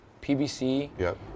PBC